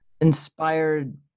inspired